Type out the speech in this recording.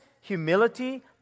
humility